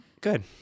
Good